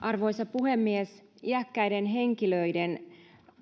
arvoisa puhemies iäkkäiden henkilöiden